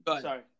Sorry